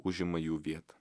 užima jų vietą